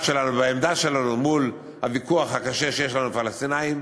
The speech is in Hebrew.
שלנו והעמדה שלנו בוויכוח הקשה שיש לנו עם הפלסטינים,